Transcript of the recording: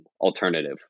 alternative